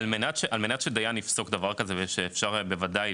על מנת שדיין יפסוק דבר כזה ואפשר בוודאי